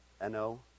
N-O